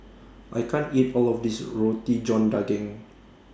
I can't eat All of This Roti John Daging